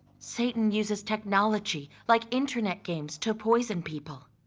satan uses technology like internet games to poison people,